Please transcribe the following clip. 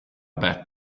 bad